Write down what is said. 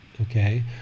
okay